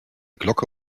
glocke